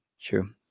True